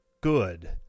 good